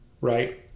right